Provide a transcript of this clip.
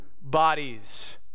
bodies